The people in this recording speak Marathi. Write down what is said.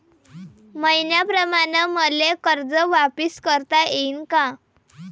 मईन्याप्रमाणं मले कर्ज वापिस करता येईन का?